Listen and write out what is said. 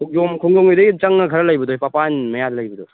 ꯈꯣꯡꯖꯣꯝ ꯈꯣꯝꯖꯣꯝꯒꯤꯗꯩ ꯆꯪꯉꯥ ꯈꯔ ꯂꯩꯕꯗꯨꯍꯦ ꯄꯥꯠ ꯃꯄꯥꯟ ꯃꯌꯥꯗ ꯂꯩꯕꯗꯣ